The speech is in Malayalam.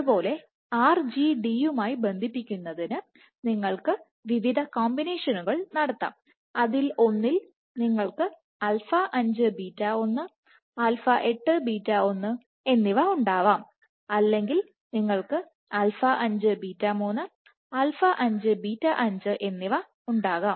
അതുപോലെ RGD യുമായി ബന്ധിപ്പിക്കുന്നതിന് നിങ്ങൾക്ക് വിവിധ കോമ്പിനേഷനുകൾ നടത്താം അതിൽ ഒന്നിൽ നിങ്ങൾക്ക് α5 β1 α8β1 എന്നിവ ഉണ്ടാകാം അല്ലെങ്കിൽ നിങ്ങൾക്ക് α5 β3 α5 β5 എന്നിവ ഉണ്ടാകാം